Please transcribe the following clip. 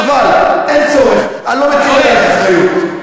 חבל, אין צורך, אני לא מטיל עלייך אחריות.